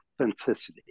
authenticity